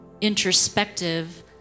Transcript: introspective